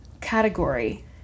category